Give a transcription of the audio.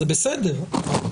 זה בסדר.